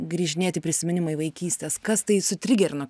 grįžinėti prisiminimai vaikystės kas tai sutrigerino